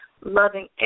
loving